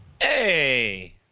hey